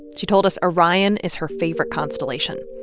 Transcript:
she told us orion is her favorite constellation.